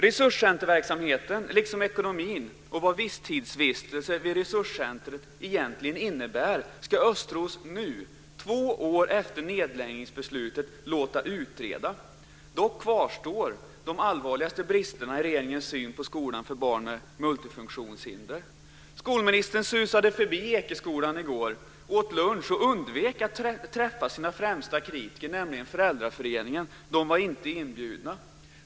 Resurscenterverksamheten, liksom ekonomin och vad visstidsvistelse vid resurscentret egentligen innebär ska Östros nu, två år efter nedläggningsbeslutet, låta utreda. Dock kvarstår de allvarligaste bristerna i regeringens syn på skolan för barn med multifunktionshinder. Skolministern susade förbi Ekeskolan i går och åt lunch och undvek att träffa sina främsta kritiker, nämligen föräldraföreningen. De var inte inbjudna.